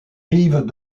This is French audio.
rives